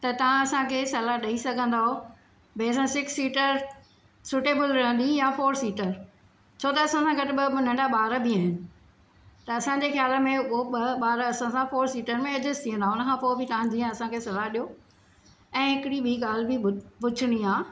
त तव्हां असांखे सलाहु ॾेई सघंदऔ भई असां सिक्स सीटर सूटेबल रहंदी या फोर सीटर छो त असां सां गॾु ॿ नंढा ॿार बि आहिनि त असांजे ख़्याल में उहो ॿ बार असां सां फोर सीटर में एडजस्ट थी वेंदा हुन खां पोइ बि तव्हां जीअं असांखे सलाहु ॾियो ऐं हिकिड़ी बि ॻाल्हि बि पुछणी आहे